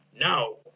No